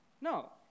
No